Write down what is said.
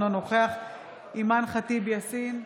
אינו נוכח אימאן ח'טיב יאסין,